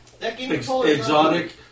exotic